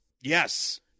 Yes